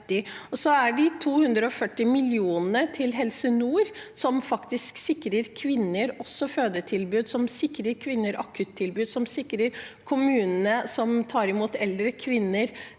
Og så er det de 240 mill. kr til Helse nord, som faktisk sikrer kvinner fødetilbud, som sikrer kvinner akuttilbud, som sikrer kommunene som tar imot eldre kvinner,